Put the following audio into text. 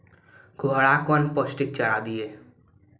घोड़ा कौन पोस्टिक चारा दिए?